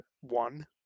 One